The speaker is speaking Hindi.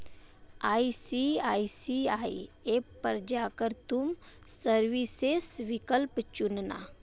आई.सी.आई.सी.आई ऐप पर जा कर तुम सर्विसेस विकल्प चुनना